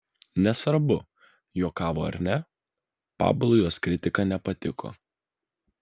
nesvarbu juokavo ar ne pablui jos kritika nepatiko